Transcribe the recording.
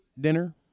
dinner